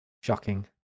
Shocking